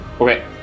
Okay